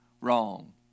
wrong